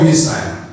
Israel